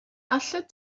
allet